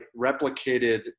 replicated